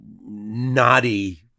naughty